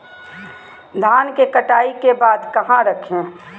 धान के कटाई के बाद कहा रखें?